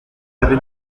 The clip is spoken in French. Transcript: avez